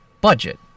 budget